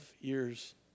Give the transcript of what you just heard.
years